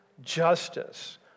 justice